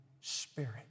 Spirit